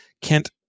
Kent